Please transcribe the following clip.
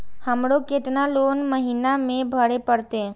हमरो केतना लोन महीना में भरे परतें?